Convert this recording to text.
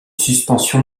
suspension